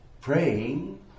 praying